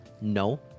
No